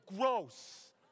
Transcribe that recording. gross